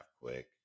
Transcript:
quick